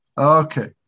Okay